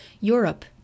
Europe